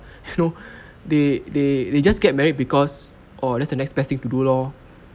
you know they they they just get married because oh that's the next best thing to do lor